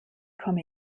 komme